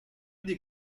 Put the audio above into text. des